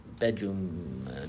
bedroom